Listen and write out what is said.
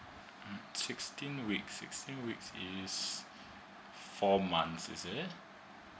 uh sixteen weeks sixteen weeks is four months is it